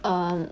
um